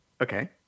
okay